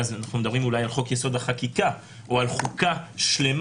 ואז אנחנו מדברים אולי על חוק-יסוד: החקיקה או על חוקה שלמה,